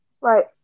right